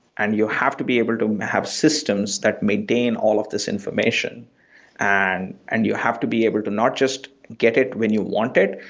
and you have to be able to have systems that maintain all of these information and and you have to be able to not just get it when you want it.